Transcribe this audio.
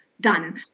done